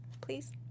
Please